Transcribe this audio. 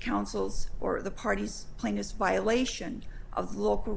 councils or the parties plainness violation of local